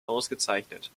ausgezeichnet